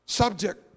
subject